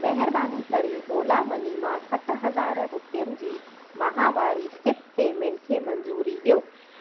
महिरबानी करे ओला मनी मां सठ हज़ार रुपयनि जी माहावारी सिप पेमेंट खे मंज़ूरी ॾियो